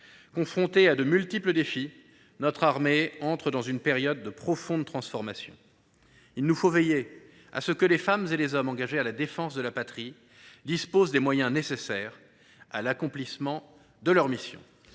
Confrontée à de multiples défis, notre armée entre dans une période de profonde transformation. Il nous faut veiller à ce que les femmes et les hommes engagés pour la défense de la patrie disposent des moyens nécessaires à l’accomplissement de leurs missions.